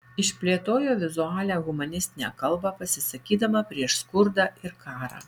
išplėtojo vizualią humanistinę kalbą pasisakydama prieš skurdą ir karą